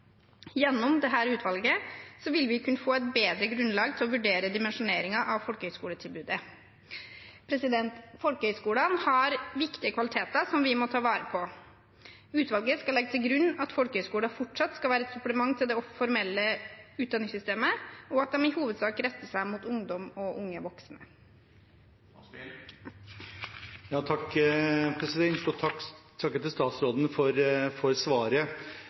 Gjennom dette utvalget vil vi kunne få et bedre grunnlag til å vurdere dimensjoneringen av folkehøgskoletilbudet. Folkehøgskolene har viktige kvaliteter som vi må ta vare på. Utvalget skal legge til grunn at folkehøgskoler fortsatt skal være et supplement til det formelle utdanningssystemet, og at de i hovedsak retter seg mot ungdom og unge voksne. Takk til statsråden for svaret. Jeg har selv hatt tre unger som har gått på folkehøgskole og